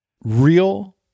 real